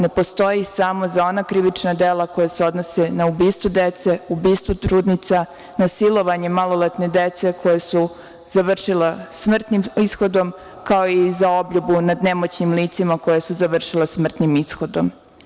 Ne postoji samo za ona krivična dela koja se odnose na ubistvo dece, ubistvo trudnica, na silovanje maloletne dece koja su završila smrtnim ishodom, kao i za obljubu nad nemoćnim licima koja su završila smrtnim ishodom.